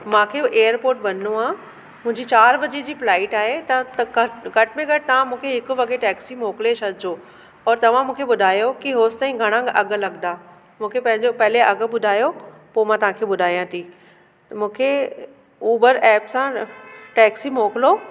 मूंखे एयरपोट वञिणो आहे मुंहिंजी चार बजे जी फ्लाइट आहे तव्हां त घटि में घटि तव्हां मुखे हिकु वॻे टैक्सी मोकिले छॾिजो और तव्हां मूंखे ॿुधायो की होसि ताईं घणा अघु लॻंदा मूंखे पंहिंजे पहिरियों अघु ॿुधायो पोइ मां तव्हांखे ॿुधाया थी मूंखे उबर ऐप सां टैक्सी मोकिलियो